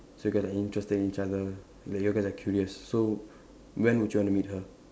so got the interest in each other like you all get like curious so when would you want to meet her